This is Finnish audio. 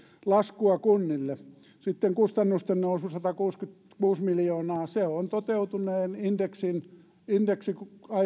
laskua kunnille sitten kustannusten nousu satakuusikymmentäkuusi miljoonaa se on toteutuneen indeksin indeksin